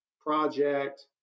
project